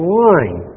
line